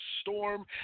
storm